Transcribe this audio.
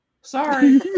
sorry